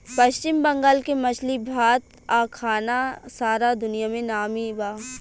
पश्चिम बंगाल के मछली भात आ खाना सारा दुनिया में नामी बा